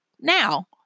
now